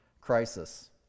Crisis